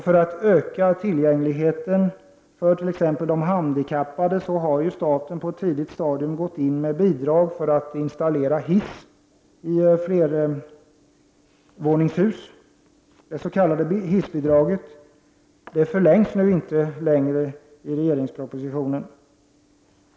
För att öka tillgängligheten för exempelvis de handikappade har staten på ett tidigt stadium gett bidrag för installation av hissar i flervåningshus. I regeringens proposition förlängs inte utbetalningen av detta bidrag.